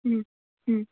ह्म् ह्म्